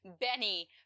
Benny